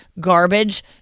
garbage